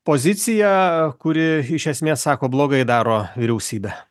poziciją kuri iš esmės sako blogai daro vyriausybė